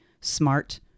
smart